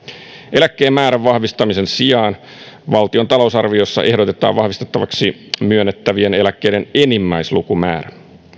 eläkkeen määrän vahvistamisen sijaan valtion talousarviossa ehdotetaan vahvistettavaksi myönnettävien eläkkeiden enimmäislukumäärä